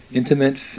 intimate